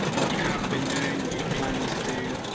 what you have been doing, what you're planning to do.